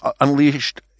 unleashed